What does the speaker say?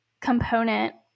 component